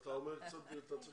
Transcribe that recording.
לא, אתה צריך קצת יותר.